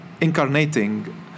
incarnating